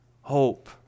hope